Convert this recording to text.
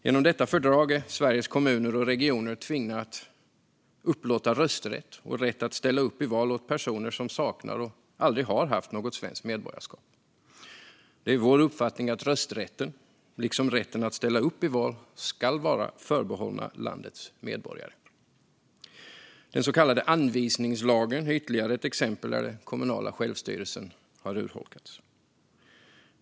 Genom detta fördrag är Sveriges kommuner och regioner tvungna att upplåta rösträtt och rätt att ställa upp i val åt personer som saknar och aldrig har haft något svenskt medborgarskap. Det är vår uppfattning att rösträtten, liksom rätten att ställa upp i val, ska vara förbehållen landets medborgare. Den så kallade anvisningslagen är ytterligare ett exempel där den kommunala självstyrelsen har urholkats.